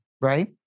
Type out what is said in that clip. right